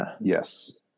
Yes